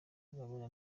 kagame